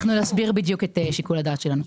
אנחנו נסביר את שיקול הדעת שלנו.